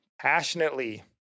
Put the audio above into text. passionately